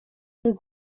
tych